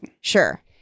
Sure